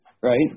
right